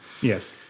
yes